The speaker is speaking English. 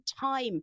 time